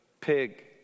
pig